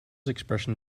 expression